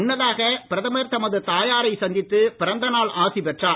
முன்னதாக பிரதமர் தமது தாயாரைச் சந்தித்து பிறந்த நாள் ஆசி பெற்றார்